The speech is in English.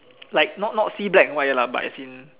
like not not see black and white lah but as in